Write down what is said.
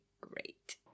great